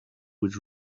would